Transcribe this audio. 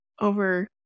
over